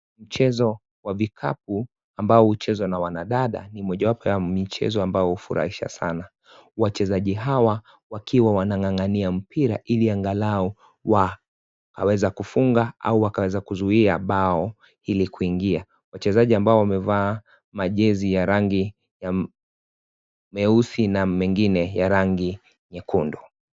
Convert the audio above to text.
Mchezo wa vikapu ambao huchezwa na mwanadada, ni mojawapo wa michezo ambao hufurahisha sana. Wachezaji hawa wakiwa wanang'ang'ania mpira ili angalau wakaweza kufunga ama wakaweza kuzuia bao ili kuingia. Wachezaji ambao wamevaa majezi ya rangi ya meusi na mengine ya rangi nyekundu.